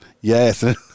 yes